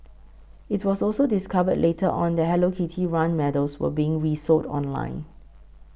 it was also discovered later on that Hello Kitty run medals were being resold online